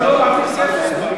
בגללנו לא מעבירים כסף?